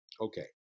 okay